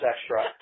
extra